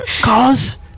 cause